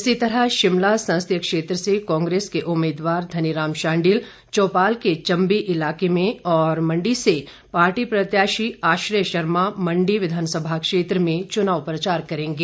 इसी तरह शिमला संसदीय क्षेत्र से कांग्रेस के उम्मीदवार धनीराम शांडिल चौपाल के चंबी इलाके में और मंडी से पार्टी प्रत्याशी आश्रय शर्मा मंडी विधानसभा क्षेत्र में चुनाव प्रचार करेंगे